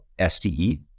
SDE